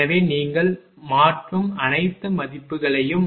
எனவே நீங்கள் மாற்றும் அனைத்து மதிப்புகளையும் மாற்றவும்